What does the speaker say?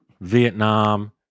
Vietnam